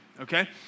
okay